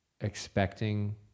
expecting